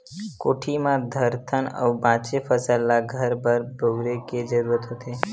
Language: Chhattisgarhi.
कोठी म धरथन अउ बाचे फसल ल घर बर बउरे के जरूरत होथे